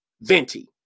venti